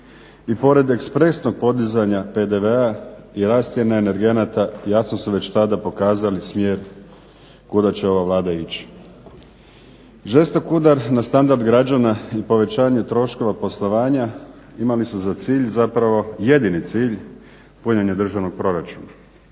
i pored ekspresnog podizanja PDV-a i rast cijena energenata jasno su već tada pokazali smjer kuda će ova Vlada ići. Žestok udar na standard građana i povećanje troškova poslovanja imali su za cilj zapravo, jedini cilj, punjenje državnog proračuna.